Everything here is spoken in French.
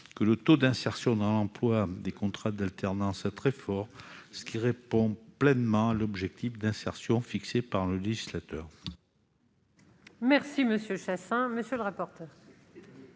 que le taux d'insertion dans l'emploi des contrats d'alternance est très fort. Cela répond pleinement à l'objectif d'insertion fixé par le législateur. Quel est l'avis de la